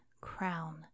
crown